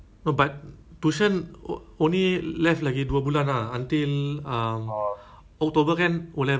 so now is middle of august right about two more months ah kan so actually